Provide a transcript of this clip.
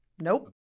Nope